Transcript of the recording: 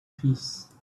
peace